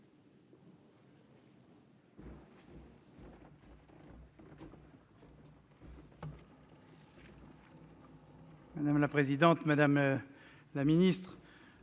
Madame la présidente, madame la secrétaire